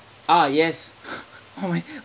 ah yes why am I